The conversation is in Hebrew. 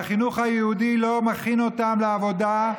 ושהחינוך היהודי לא מכין אותם לעבודה,